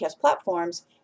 platforms